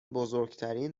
بزرگترین